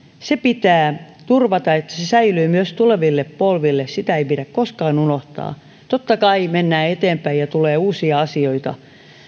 se pitää turvata että se säilyy myös tuleville polville sitä ei pidä koskaan unohtaa totta kai mennään eteenpäin ja tulee uusia asioita